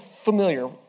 Familiar